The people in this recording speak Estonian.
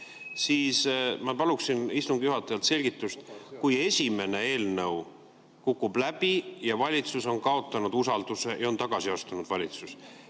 ja ma paluksin istungi juhatajalt selgitust. Kui esimene eelnõu kukub läbi ja valitsus on kaotanud usalduse ja tagasi astunud, siis